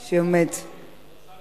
לא, השר נמצא פה.